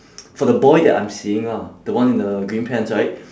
for the boy that I'm seeing lah the one in the green pants right